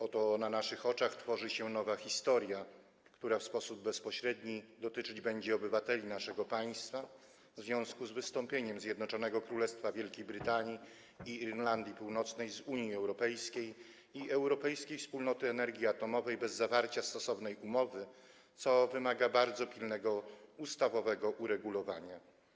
Oto na naszych oczach tworzy się nowa historia, która w sposób bezpośredni dotyczyć będzie obywateli naszego państwa w związku z wystąpieniem Zjednoczonego Królestwa Wielkiej Brytanii i Irlandii Północnej z Unii Europejskiej i Europejskiej Wspólnoty Energii Atomowej bez zawarcia stosownej umowy, co wymaga bardzo pilnego ustawowego uregulowania.